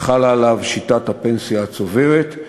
חלה עליו שיטת הפנסיה הצוברת,